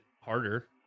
harder